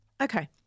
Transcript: Okay